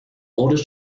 oldest